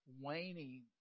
waning